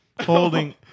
holding